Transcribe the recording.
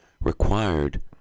required